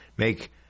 Make